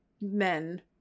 men